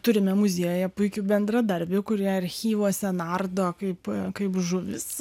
turime muziejuje puikių bendradarbių kurie archyvuose nardo kaip kaip žuvys